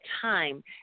time